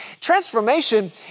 Transformation